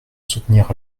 soutenir